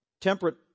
Temperate